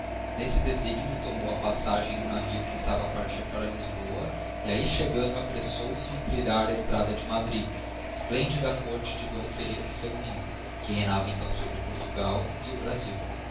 neste desígnio tomou passagem em um navio que estava a partir para lisboa e ahi chegando apresflou se em trilhar a estrada de madrid esplendida corte digiti zedby google de d philippe ii que reinava então sobre portugal e o brasil